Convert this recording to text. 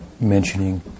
mentioning